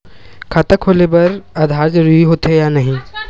खाता खोले बार आधार जरूरी हो थे या नहीं?